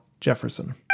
Jefferson